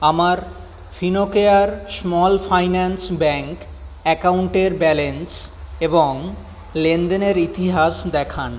আমার Fincare small finance bank অ্যাকাউন্টের balance এবং লেনদেনের ইতিহাস দেখান